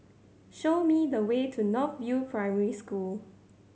show me the way to North View Primary School